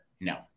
No